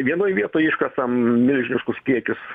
vienoj vietoj iškasam milžiniškus kiekius